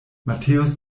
matthäus